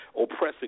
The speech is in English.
oppressing